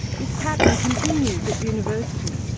this pattern continues at university.